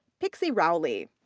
pixie rowley.